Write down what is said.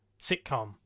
sitcom